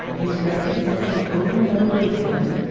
is represented over and over again?